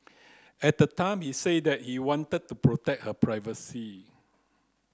at the time he said that he wanted to protect her privacy